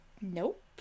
Nope